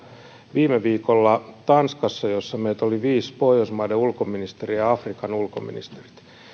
viime viikolla tanskassa jossa meitä oli viisi pohjoismaiden ulkoministeriä ja afrikan ulkoministerit